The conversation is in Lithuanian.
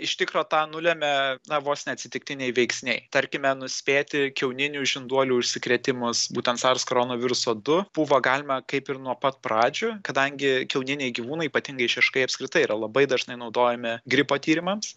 iš tikro tą nulemia na vos ne atsitiktiniai veiksniai tarkime nuspėti kiauninių žinduolių užsikrėtimus būtent sars koronoviruso du buvo galima kaip ir nuo pat pradžių kadangi kiauniniai gyvūnai ypatingai šeškai apskritai yra labai dažnai naudojami gripo tyrimams